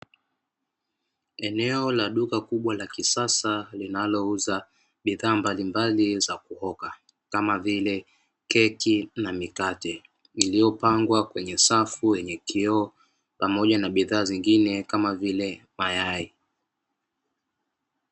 Eneo la duka kubwa la kisasa linalouza bidhaa mbalimbali za kuoka kama vile keki na mikate iliyopangwa kwenye safu yenye kioo, pamoja na bidhaa zingine kama vile mayai.